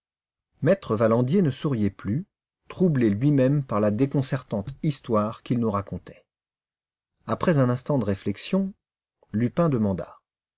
e valandier ne souriait plus troublé lui-même par la déconcertante histoire qu'il nous racontait après un instant de réflexion lupin demanda